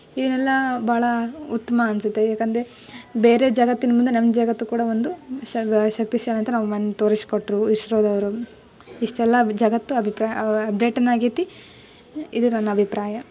ಇದನೆಲ್ಲ ಭಾಳ ಉತ್ತಮ ಅನಿಸುತ್ತೆ ಯಾಕೆಂದ್ರೆ ಬೇರೆ ಜಗತ್ತಿನ ಮುಂದೆ ನಮ್ಮ ಜಗತ್ತು ಕೂಡ ಒಂದು ಶಕ್ತಿಶಾಲಿ ಅಂತ ನಾವು ಮನ್ನೆ ತೋರಿಸಿಕೊಟ್ರು ಇಸ್ರೋದವರು ಇಷ್ಟೆಲ್ಲ ಜಗತ್ತು ಅಭಿಪ್ರಾಯ ಅಪ್ಡೇಟನ್ನು ಆಗೈತೆ ಇದು ನನ್ನ ಅಭಿಪ್ರಾಯ